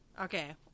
okay